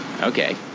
Okay